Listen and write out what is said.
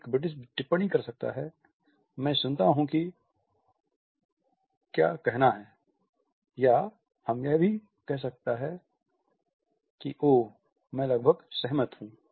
एक ब्रिटिश टिप्पणी कर सकता है मैं सुनता हूं कि क्या कहना है या यह भी कह सकता है कि ओह मैं लगभग सहमत हूं